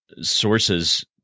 sources